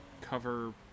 cover